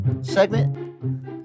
segment